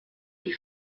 die